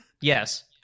yes